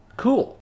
Cool